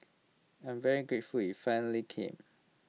I am very grateful IT finally came